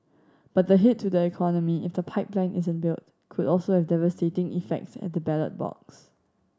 but the hit to the economy if the pipeline isn't built could also have devastating effects at the ballot box